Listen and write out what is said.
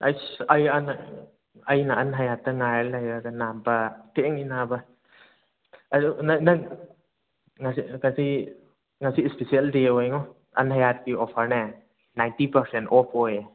ꯑꯩꯁ ꯑꯩ ꯑꯩꯅ ꯑꯟ ꯍꯥꯌꯥꯠꯇ ꯉꯥꯏꯔ ꯂꯩꯔꯒ ꯅꯥꯕ ꯊꯦꯡꯉꯤ ꯅꯥꯕ ꯑꯗꯣ ꯅꯪ ꯅꯪ ꯉꯁꯤ ꯉꯁꯤ ꯏꯁꯄꯤꯁꯦꯜ ꯗꯦ ꯑꯣꯏꯉꯣ ꯑꯟ ꯍꯥꯌꯥꯠꯀꯤ ꯑꯣꯐꯔꯅꯦ ꯅꯥꯏꯟꯇꯤ ꯄꯥꯔꯁꯦꯟ ꯑꯣꯐ ꯑꯣꯏꯌꯦ